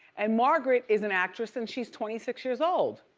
and margaret is an actress and she's twenty six years old,